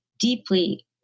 deeply